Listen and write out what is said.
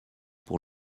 pour